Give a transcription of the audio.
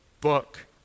book